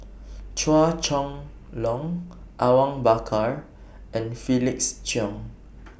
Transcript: Chua Chong Long Awang Bakar and Felix Cheong